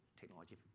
Technology